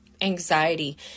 Anxiety